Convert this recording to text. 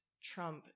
trump